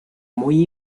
muy